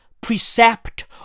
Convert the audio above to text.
precept